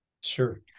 Sure